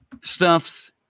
stuffs